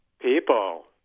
people